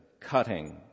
cutting